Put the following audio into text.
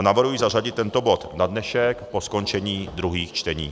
Navrhuji zařadit tento bod na dnešek po skončení druhých čtení.